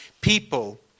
people